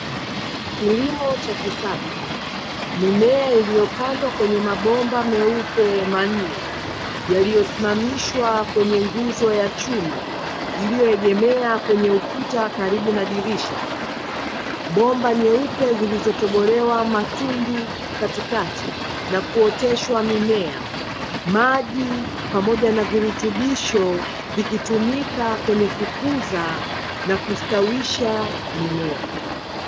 Kilimo Cha kisasa mimea iliyopandwa kwenye mabomba meupe manne, yaliyosimamishwa kwenye nguzo ya Chuma iliyoegemea kwenye ukuta karibu na dirisha. Bomba nyeupe zilizotobolewa matundu katikati na kuoteshwa mimea. Maji pamoja na virutubisho vikitumika kwenye kukuzia na kustawisha mimea.